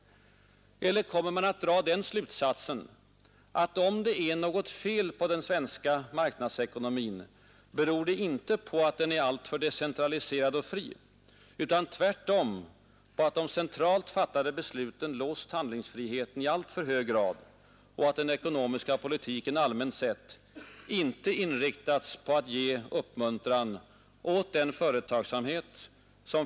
Eller kommer man att dra den slutsatsen att om det är något fel på den svenska marknadsekonomin beror det inte på att den är alltför decentraliserad och fri utan tvärtom på att de centralt fattade besluten låst handlingsfriheten i alltför hög grad och att den ekonomiska politiken allmänt sett inte inriktats på att ge uppmuntran åt företagsamheten?